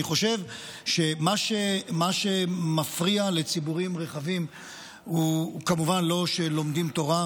אני חושב שמה שמפריע לציבורים רחבים הוא כמובן לא שלומדים תורה,